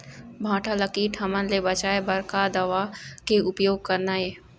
भांटा ला कीट हमन ले बचाए बर का दवा के उपयोग करना ये?